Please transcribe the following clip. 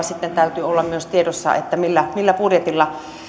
sitten täytyy olla myös jatkoa tiedossa että millä millä budjetilla